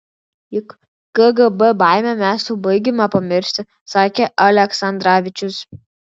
juk kgb baimę mes jau baigiame pamiršti sakė aleksandravičius